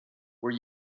were